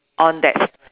on this